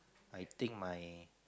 I think my